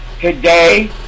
today